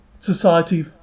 society